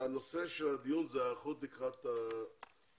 כאמור, נושא הדיון הוא היערכות לקראת העלייה.